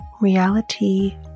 Reality